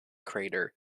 crater